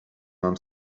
mam